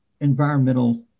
environmental